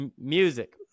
music